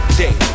day